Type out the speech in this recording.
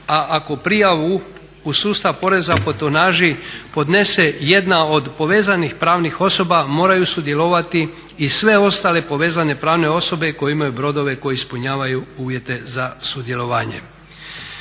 a ako prijavu u sustavu poreza po tonaži podnese jedna od povezanih pravnih osoba moraju sudjelovati i sve ostale povezane pravne osobe koje imaju brodove koji ispunjavaju uvjete za sudjelovanje.